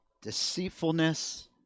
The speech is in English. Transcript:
deceitfulness